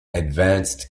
advanced